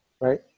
right